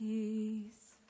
Peace